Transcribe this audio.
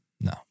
no